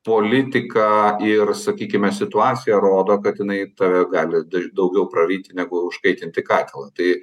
politika ir sakykime situacija rodo kad jinai tave gali daugiau praryti negu užkaitinti katilą tai